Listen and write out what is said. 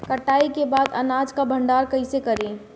कटाई के बाद अनाज का भंडारण कईसे करीं?